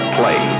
play